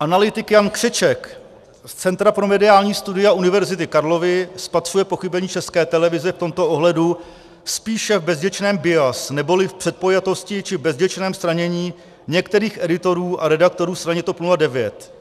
Analytik Jan Křeček z Centra pro mediální studia Univerzity Karlovy spatřuje pochybení České televize v tomto ohledu spíše v bezděčném bias, neboli v předpojatosti či bezděčném stranění některých editorů a redaktorů straně TOP 09,